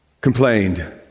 complained